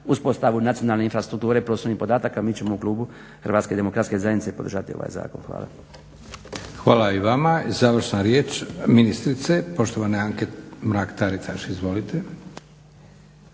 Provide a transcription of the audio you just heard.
uspostavu nacionalne infrastrukture prostornih podataka. Mi ćemo u klubu Hrvatske demokratske zajednice podržati ovaj zakon. Hvala. **Leko, Josip (SDP)** Hvala i vama. Završna riječ ministrice, poštovane Anke Mrak Taritaš. Izvolite.